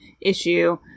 issue